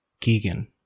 Keegan